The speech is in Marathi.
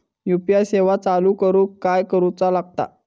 यू.पी.आय सेवा चालू करूक काय करूचा लागता?